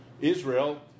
Israel